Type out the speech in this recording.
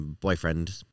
boyfriend